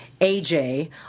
AJ